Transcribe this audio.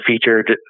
featured